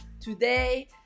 today